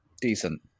decent